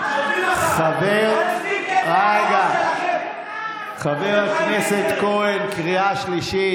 חבר, פלסטין, חבר הכנסת כהן, קריאה שלישית.